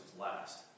last